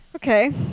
okay